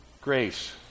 grace